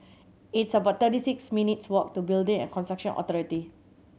it's about thirty six minutes' walk to Building and Construction Authority